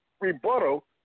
rebuttal